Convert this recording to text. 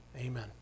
Amen